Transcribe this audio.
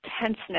tenseness